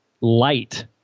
light